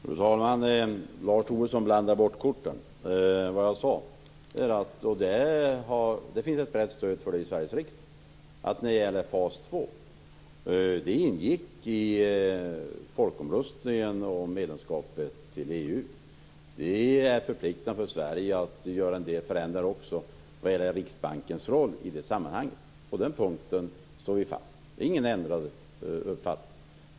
Fru talman! Lars Tobisson blandar bort korten. Det jag sade var att fas två ingick i folkomröstningen om medlemskapet i EU. Det finns ett brett stöd för det i Sveriges riksdag. Sverige är förpliktigat att göra en del förändringar också vad gäller Riksbankens roll i det sammanhanget. På den punkten står vi fast. Vi har inte ändrat uppfattning.